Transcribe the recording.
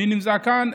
מי נמצא כאן?